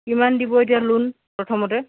কিমান দিব এতিয়া লোন প্ৰথমতে